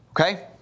Okay